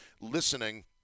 listening